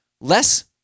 less